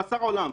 מאסר עולם.